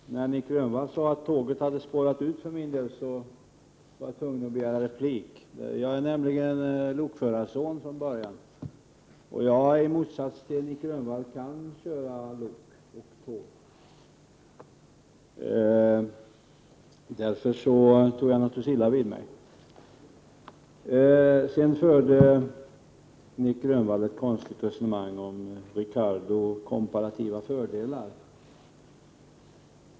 Herr talman! När Nic Grönvall sade att tåget hade spårat ur för min del var jag tvungen att begära ordet. Jag är nämligen lokförarson. I motsats till Nic Grönvall kan jag köra lok och tåg. Därför tog jag naturligtvis illa vid mig. Nic Grönvall förde ett konstigt resonemang om Ricardo och komparativa fördelar.